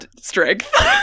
Strength